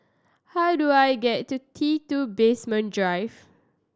how do I get to T Two Basement Drive